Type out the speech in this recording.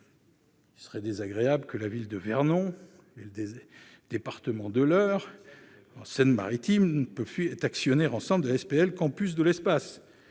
Il serait désagréable que la ville de Vernon, le département de l'Eure et Seine Normandie Agglomération ne puissent plus être actionnaires ensemble de la SPL Campus de l'Espace.